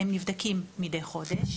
הם נבדקים מידי חודש,